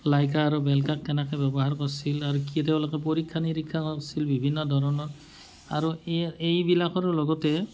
লাইকা আৰু বেলকাক কেনেকৈ ব্যৱহাৰ কৰিছিল আৰু কি তেওঁলোকে পৰীক্ষা নিৰীক্ষা কৰিছিল বিভিন্ন ধৰণৰ আৰু এই এইবিলাকৰ লগতে